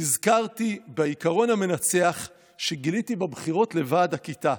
נזכרתי בעיקרון המנצח שגיליתי בבחירות לוועד הכיתה: